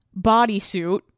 bodysuit